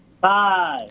Five